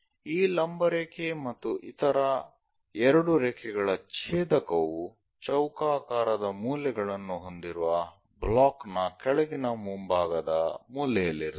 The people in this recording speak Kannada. ಈ ಲಂಬ ರೇಖೆ ಮತ್ತು ಇತರ ಎರಡು ರೇಖೆಗಳ ಛೇದಕವು ಚೌಕಾಕಾರದ ಮೂಲೆಗಳನ್ನು ಹೊಂದಿರುವ ಬ್ಲಾಕ್ ನ ಕೆಳಗಿನ ಮುಂಭಾಗದ ಮೂಲೆಯಲ್ಲಿರುತ್ತದೆ